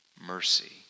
mercy